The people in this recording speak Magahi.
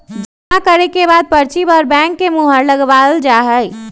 जमा करे के बाद पर्ची पर बैंक के मुहर लगावल जा हई